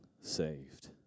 saved